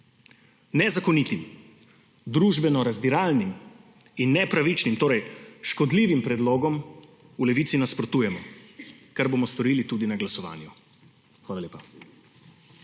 Nezakonitim, družbeno razdiralnim in nepravičnim, torej škodljivim predlogom v Levici nasprotujemo, kar bomo storili tudi pri glasovanju. Hvala lepa.